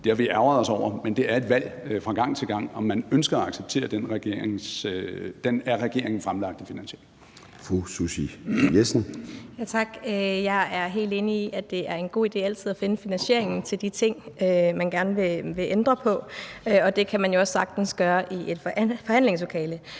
Det har vi ærgret os over, men det er et valg fra gang til gang, om man ønsker at acceptere den af regeringen fremlagte finansiering. Kl. 13:09 Formanden (Søren Gade): Fru Susie Jessen. Kl. 13:09 Susie Jessen (DD): Tak. Jeg er helt enig i, at det er en god idé altid at finde finansieringen til de ting, man gerne vil ændre på, og det kan man jo også sagtens gøre i et forhandlingslokale.